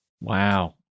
Wow